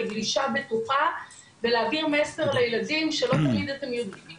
לגלישה בטוחה ולהעביר מסר לילדים שלא תמיד יודעים